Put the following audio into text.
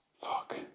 Fuck